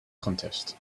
contest